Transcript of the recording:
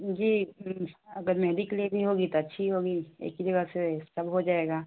जी अगर मेहंदी के लेनी होगी तो अच्छी होगी एक यह जगह से सब हो जाएगा